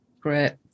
Great